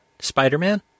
Spider-Man